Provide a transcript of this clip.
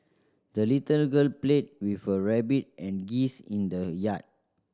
the little girl played with her rabbit and geese in the yard